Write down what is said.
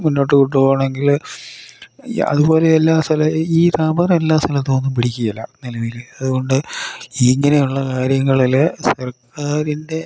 മുന്നോട്ടു കൊണ്ടുപോകണമെങ്കിൽ അതുപോലെ എല്ലാ സ്ഥലം ഈ റബ്ബർ എല്ലാ സ്ഥലത്തൊന്നും പിടിക്കില്ല നിലവിൽ അതുകൊണ്ട് ഇങ്ങനെയുള്ള കാര്യങ്ങളിൽ സർക്കാരിൻ്റെ